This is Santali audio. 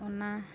ᱚᱱᱟ